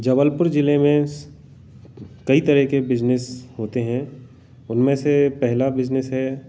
जबलपुर जिले में कई तरह के बिजनेस होते हैं उनमें से पहला बिजनेस है